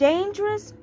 dangerous